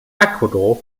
ecuador